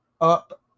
up